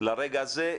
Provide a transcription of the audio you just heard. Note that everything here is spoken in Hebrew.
לרגע הזה.